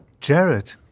Jared